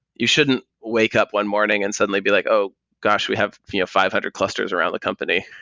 you shouldn't wake up one morning and suddenly be like, oh gosh! we have fee of five hundred clusters around the company.